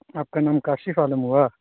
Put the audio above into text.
آپ کا نام کاشف عالم ہوا